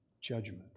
judgment